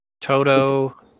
Toto